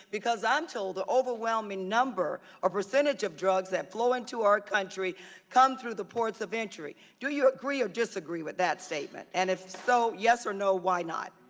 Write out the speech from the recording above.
because i'm told the overwhelming number or percentage of drugs that flow into our country come through the ports of entry. do you agree or disagree with that statement? statement? and if so, yes or no, why not?